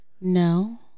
No